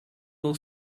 del